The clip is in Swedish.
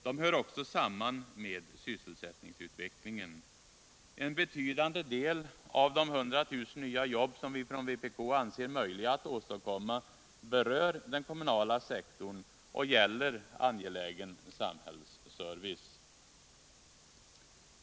De hör också samman med sysselsättningsutvecklingen. En betydande del av de 100 000 nya jobb som vi från vpk anser möjliga att åstadkomma berör den kommunala sektorn och gäller angelägen samhällsservive.